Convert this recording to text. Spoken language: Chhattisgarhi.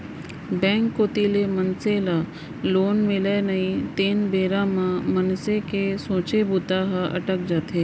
बेंक कोती ले मनसे ल लोन मिलय नई तेन बेरा म मनसे के सोचे बूता ह अटक जाथे